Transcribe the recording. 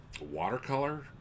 watercolor